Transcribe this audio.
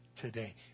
today